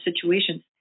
situations